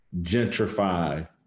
gentrify